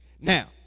Now